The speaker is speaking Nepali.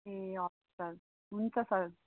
ए हजुर सर हुन्छ सर